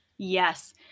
Yes